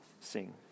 sing